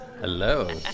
Hello